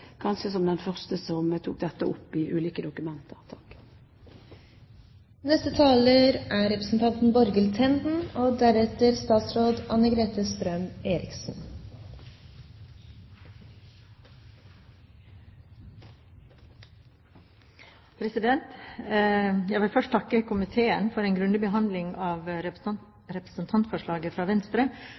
kanskje som den første som tok dette opp i ulike dokumenter. Jeg vil først takke komiteen for en grundig behandling av representantforslaget fra Venstre,